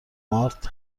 مارت